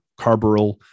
Carbaryl